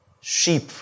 Sheep